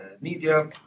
media